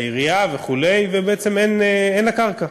היזם זה העירייה וכו', ובעצם אין לה קרקע.